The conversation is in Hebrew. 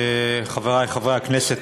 חברי חברי הכנסת,